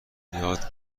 یاد